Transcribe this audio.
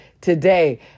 today